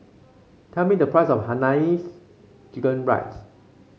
tell me the price of Hainanese Chicken Rice